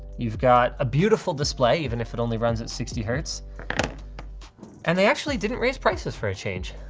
you've got a beautiful display even if it only runs at sixty hertz and they actually didn't raise prices for a change.